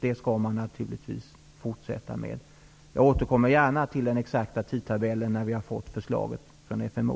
Det skall man naturligtvis fortsätta med. Jag återkommer gärna till den exakta tidtabellen när vi har fått förslaget från FMO.